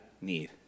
need